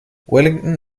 wellington